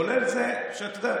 כולל זה אתה יודע,